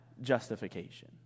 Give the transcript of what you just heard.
justification